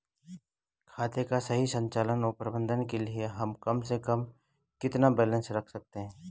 खाते का सही संचालन व प्रबंधन के लिए हम कम से कम कितना बैलेंस रख सकते हैं?